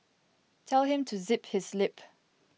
tell him to zip his lip